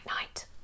night